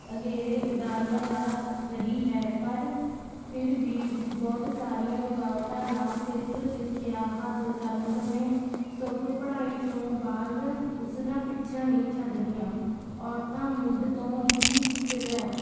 ਅਗੇਰੇ ਉਡਾਰੀਆਂ ਲਾ ਰਹੀ ਹੈ ਪਰ ਫਿਰ ਵੀ ਬਹੁਤ ਸਾਰੀਆਂ ਰੁਕਾਵਟਾਂ ਨਾ ਸਿਰਫ਼ ਸਿੱਖਿਆ ਹਾਸਲ ਕਰਨ ਸਮੇਂ ਸਗੋਂ ਪੜ੍ਹਾਈ ਤੋਂ ਬਾਅਦ ਉਸ ਦਾ ਪਿੱਛਾ ਨਹੀਂ ਛੱਡਦੀਆਂ ਔਰਤਾਂ ਮੁੱਢ ਤੋਂ ਹੀ ਸਿਵਾ